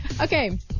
Okay